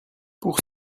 pour